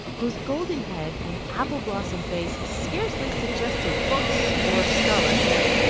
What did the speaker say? whose golden head and apple-blossom face scarcely suggested books or scholarship.